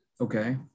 Okay